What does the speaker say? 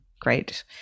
great